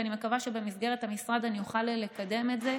ואני מקווה שבמסגרת המשרד אוכל לקדם את זה,